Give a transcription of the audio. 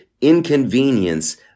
inconvenience